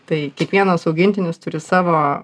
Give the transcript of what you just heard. tai kiekvienas augintinis turi savo